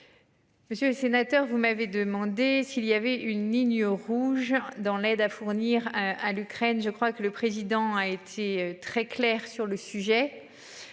Monsieur le sénateur, vous m'avez demandé s'il y avait une ligne rouge dans l'aide à fournir à l'Ukraine. Je crois que le président a été très clair sur le sujet.